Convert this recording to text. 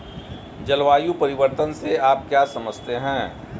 जलवायु परिवर्तन से आप क्या समझते हैं?